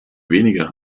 weniger